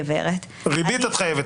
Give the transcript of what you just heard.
גברת --- ריבית את חייבת לי.